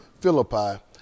Philippi